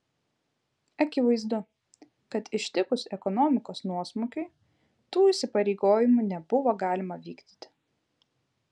akivaizdu kad ištikus ekonomikos nuosmukiui tų įsipareigojimų nebuvo galima vykdyti